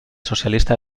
socialista